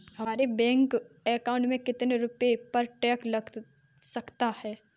हमारे bank account में कितने रुपये पर टैक्स लग सकता है?